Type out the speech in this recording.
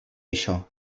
això